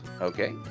Okay